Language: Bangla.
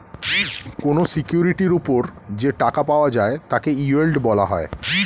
কোন সিকিউরিটির উপর যে টাকা পাওয়া যায় তাকে ইয়েল্ড বলা হয়